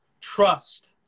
trust